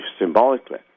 symbolically